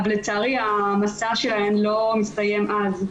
לצערי המסע שלהם לא מסתיים אז.